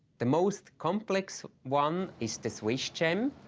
the most complex one is the swiss gem.